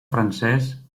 francès